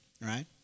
right